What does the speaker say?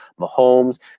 Mahomes